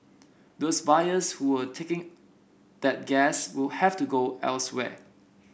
those buyers who were taking that gas will have to go elsewhere